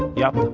yup.